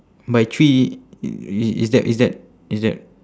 by three is that is that is that